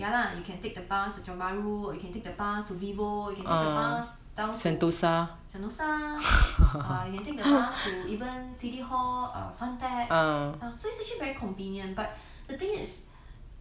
ya lah you can take the bus to tiong bahru you can take the bus to vivo you can take the bus down to sentosa you can take bus to even city hall err suntec so it's actually very convenient but the thing is